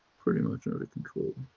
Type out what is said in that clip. pretty much out of control.